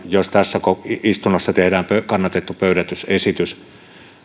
jos tässä istunnossa tehdään kannatettu pöydätysesitys